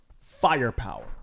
firepower